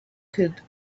could